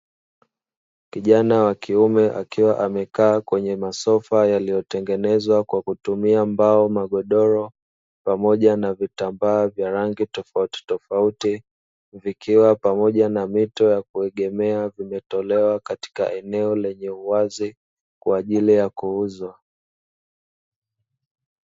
Kijana wa kiume akiwa amekaa kwenye masofa yaliyotengenezwa kwa kutumia mbao, magodoro pamoja na vitambaa vya rangi tofautitofauti, vikiwa pamoja na mito ya kuegemea vimetolewa katika eneo lenye uwazi kwa ajili ya kuuzwa.